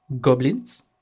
goblins